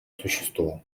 существу